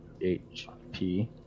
HP